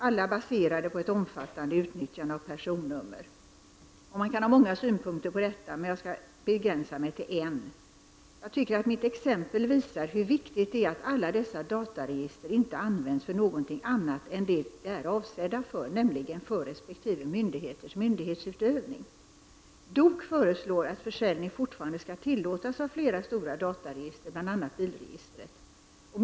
De baseras alla på ett omfattande utnyttjande av personnummer. Man kan ha många synpunkter på detta, men jag skall begränsa mig till en. Jag tycker att mitt exempel visar hur viktigt det är att alla dessa dataregister inte används till något annat syfte än de är avsedda för, nämligen för resp. myndighets myndighetsutövning. DOK föreslår att försäljning fortfarande skall tillåtas av flera stora dataregister, bl.a. bilregistret.